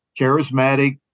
charismatic